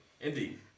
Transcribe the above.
indeed